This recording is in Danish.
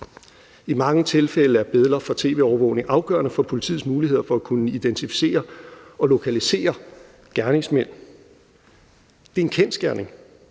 I mange tilfælde er billeder fra tv-overvågning afgørende for politiets muligheder for at kunne identificere og lokalisere gerningsmænd. Det er en kendsgerning.